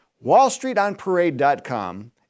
WallStreetOnParade.com